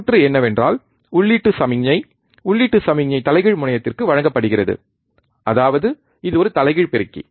சுற்று என்னவென்றால் உள்ளீட்டு சமிக்ஞை உள்ளீட்டு சமிக்ஞை தலைகீழ் முனையத்திற்கு வழங்கப்படுகிறது அதாவது இது ஒரு தலைகீழ் பெருக்கி